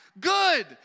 good